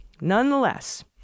Nonetheless